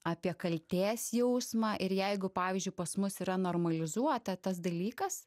apie kaltės jausmą ir jeigu pavyzdžiui pas mus yra normalizuota tas dalykas